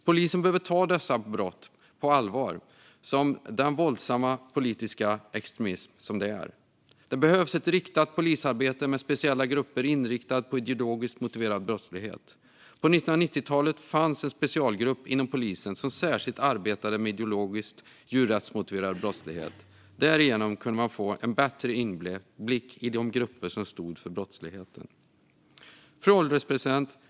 Polisen behöver ta dessa brott på allvar, som den våldsamma politiska extremism som det är. Det behövs ett riktat polisarbete med speciella grupper inriktade på ideologiskt motiverad brottslighet. På 1990-talet fanns en specialgrupp inom polisen som särskilt arbetade med ideologiskt djurrättsmotiverad brottslighet. Därigenom kunde man få en bättre inblick i de grupper som stod för brottsligheten. Fru ålderspresident!